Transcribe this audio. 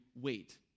wait